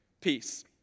peace